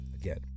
Again